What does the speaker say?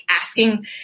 asking